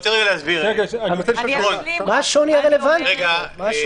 מה השוני הרלוונטי פה?